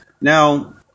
Now